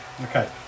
Okay